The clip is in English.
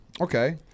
Okay